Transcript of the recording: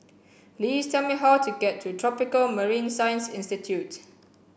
please tell me how to get to Tropical Marine Science Institute